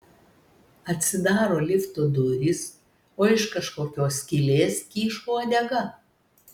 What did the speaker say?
atsidaro lifto durys o iš kažkokios skylės kyšo uodega